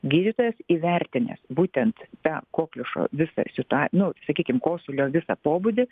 gydytojas įvertinęs būtent tą kokliušo visą situa nu sakykim kosulio visą pobūdį